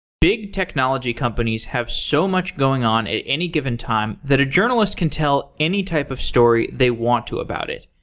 big technology companies have so much going on at any given time that a journalist can tell any type of story they want to about it.